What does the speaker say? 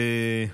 אמן.